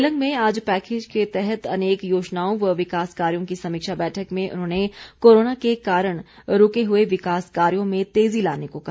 केलंग में आज पैकेज के तहत अनेक योजनाओं व विकास कार्यो की समीक्षा बैठक में उन्होंने कोरोना के कारण रूके हुए विकास कार्यो में तेजी लाने को कहा